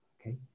Okay